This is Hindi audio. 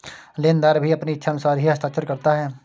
लेनदार भी अपनी इच्छानुसार ही हस्ताक्षर करता है